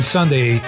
Sunday